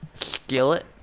Skillet